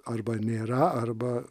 arba nėra arba